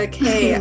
Okay